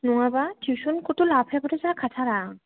नङाब्ला टिउसन खौथ' लाफायाबाथ' जाखा थारा